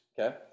okay